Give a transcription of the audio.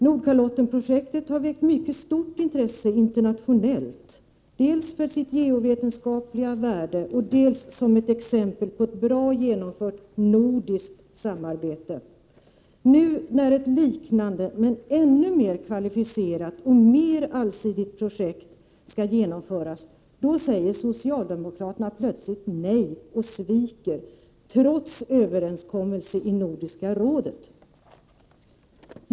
Nordkalottenprojektet har väckt mycket stort intresse internationellt dels för sitt geovetenskapliga värde, dels som exempel på ett bra genomfört nordiskt samarbete. Nu när ett liknande, men ännu mer kvalificerat och allsidigt projekt skall genomföras säger socialdemokraterna plötsligt nej. De sviker, trots träffad överenskommelse i Nordiska rådet.